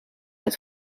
het